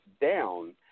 down